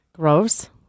Gross